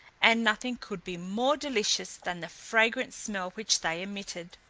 and nothing could be more delicious than the fragrant smell which they emitted.